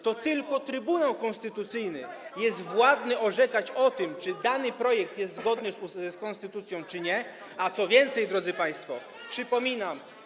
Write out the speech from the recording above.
Tylko Trybunał Konstytucyjny jest władny orzekać o tym, czy dany projekt jest zgodny z konstytucją, czy nie, a co więcej, drodzy państwo, przypominam.